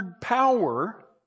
power